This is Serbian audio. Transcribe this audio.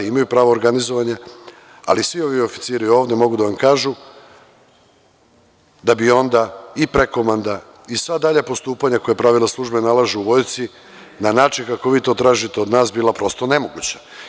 Imaju pravo organizovanja, ali svi ovi oficiri ovde mogu da vam kažu da bi onda i prekomanda i sva dalja postupanja koja pravila službe nalažu u Vojsci, na način kako vi to tražite od nas, bila prosto nemoguća.